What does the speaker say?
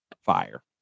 fire